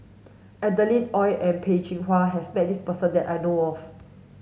Adeline Ooi and Peh Chin Hua has met this person that I know of